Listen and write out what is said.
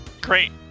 Great